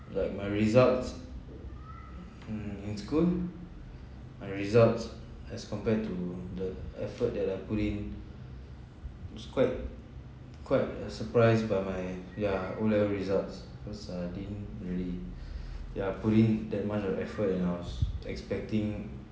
like my results mm in school my results as compared to the effort that I put in it's quite quite a surprise by my yeah O level results cause I didn't really ya put in that much of effort and I was expecting